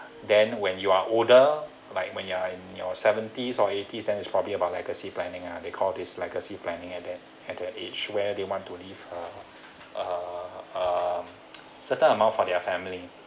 then when you are older like when you are in your seventies or eighties then it's probably about legacy planning ah they call this legacy planning at the at the age where they want to leave a a a certain amount for their family